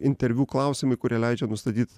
interviu klausimai kurie leidžia nustatyt